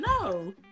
No